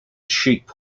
sheep